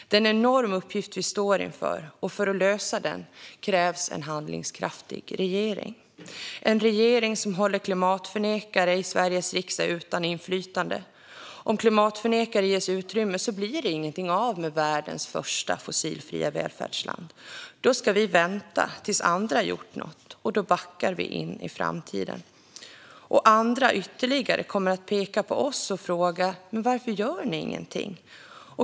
Det är en enorm uppgift vi står inför, och för att lösa den krävs en handlingskraftig regering. Det krävs en regering som håller klimatförnekarna i Sveriges riksdag borta från inflytande. Om klimatförnekarna ges utrymme blir det inget av med världens första fossilfria välfärdsland. Då ska vi vänta tills andra har gjort något, och då backar vi in i framtiden. Ytterligare andra kommer då att peka på oss och fråga: Men varför gör ni ingenting?